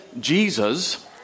Jesus